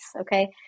Okay